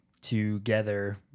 together